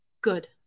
good